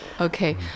Okay